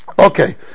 Okay